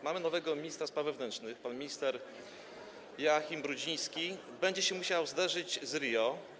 Mamy nowego ministra spraw wewnętrznych - pan minister Joachim Brudziński będzie się musiał zmierzyć z RIO.